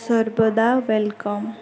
ସର୍ବଦା ୱେଲ୍କମ୍